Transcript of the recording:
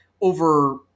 over